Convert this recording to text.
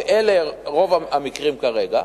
ואלה רוב המקרים כרגע,